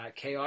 KR